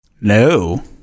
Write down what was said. No